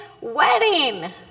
wedding